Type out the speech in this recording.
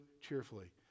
cheerfully